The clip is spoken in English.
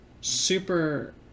super